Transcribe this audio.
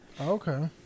Okay